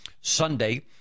Sunday